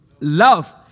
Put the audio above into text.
love